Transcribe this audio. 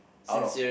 out of